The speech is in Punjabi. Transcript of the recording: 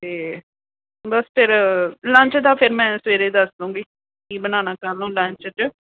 ਅਤੇ ਬਸ ਫਿਰ ਲੰਚ ਦਾ ਫਿਰ ਮੈਂ ਸਵੇਰੇ ਦੱਸ ਦਊਂਗੀ ਕੀ ਬਣਾਉਣਾ ਕੱਲ੍ਹ ਨੂੰ ਲੰਚ 'ਚ